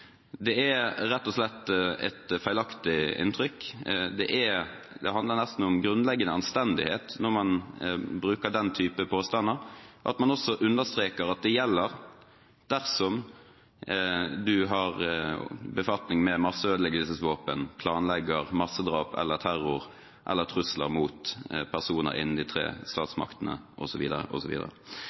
Det er rett og slett et feilaktig inntrykk. Det handler nesten om grunnleggende anstendighet når man bruker den type påstander, at man også understreker at det gjelder dersom du har befatning med masseødeleggelsesvåpen, planlegger massedrap, terror eller trusler mot personer innen de tre statsmaktene